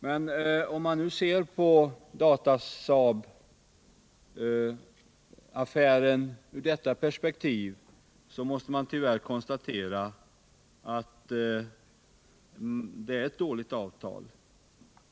Men om man ser på Datasaabaffären ur detta perspektiv måste man tyvärr konstatera att det är ett dåligt avtal.